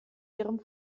ihrem